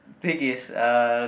thing is uh